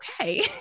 okay